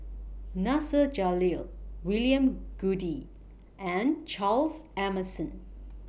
Nasir Jalil William Goode and Charles Emmerson